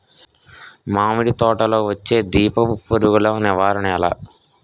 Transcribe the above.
మామిడి తోటలో వచ్చే దీపపు పురుగుల నివారణ ఎలా?